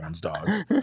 dogs